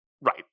Right